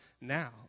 now